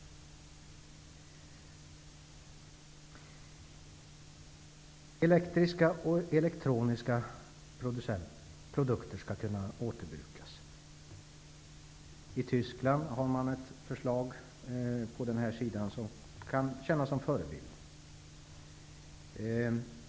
Elektriska och elektroniska produkter skall kunna återbrukas. I Tyskland finns ett förslag på detta område som kan tjäna som förebild.